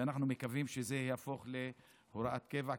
ואנחנו מקווים שזה יהפוך להוראת קבע,